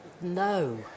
No